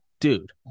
dude